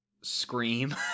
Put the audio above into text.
Scream